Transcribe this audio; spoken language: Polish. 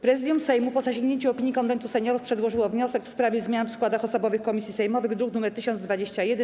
Prezydium Sejmu, po zasięgnięciu opinii Konwentu Seniorów, przedłożyło wniosek w sprawie zmian w składach osobowych komisji sejmowych, druk nr 1021.